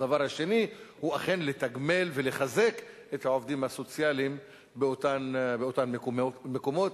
הדבר השני הוא אכן לתגמל את העובדים הסוציאליים באותם מקומות,